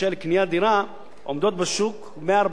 עומדות בשוק 146,000 דירות ריקות,